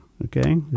Okay